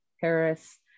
paris